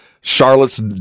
Charlotte's